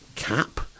Cap